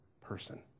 person